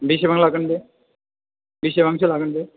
बेसेबां लागोन बे बेसेबांसो लागोन बे